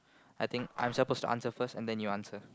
I think I'm supposed to answer first and then you answer